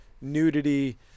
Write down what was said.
nudity